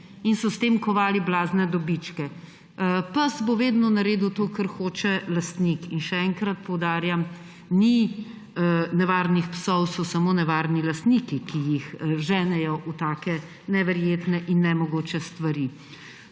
in so s tem kovali blazne dobičke. Pes bo vedno naredil to, kar hoče lastnik, in še enkrat poudarjam, ni nevarnih psov, so samo nevarni lastniki, ki jih ženejo v take neverjetne in nemogoče stvari.